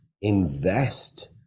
Invest